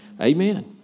Amen